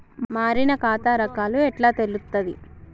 మారిన ఖాతా రకాలు ఎట్లా తెలుత్తది?